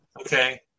okay